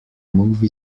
movie